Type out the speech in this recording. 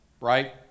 right